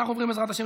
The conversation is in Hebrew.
להעביר את הצעת